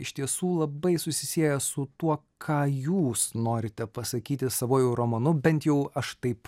iš tiesų labai susisieja su tuo ką jūs norite pasakyti savuoju romanu bent jau aš taip